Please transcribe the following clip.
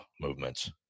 movements